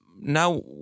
now